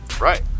Right